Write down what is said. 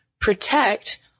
protect